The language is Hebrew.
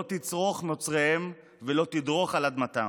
לא תצרוך מוצריהם, ולא תדרוך על אדמתם,